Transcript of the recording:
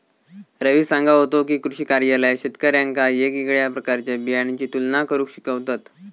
रवी सांगा होतो की, कृषी कार्यालयात शेतकऱ्यांका येगयेगळ्या प्रकारच्या बियाणांची तुलना करुक शिकवतत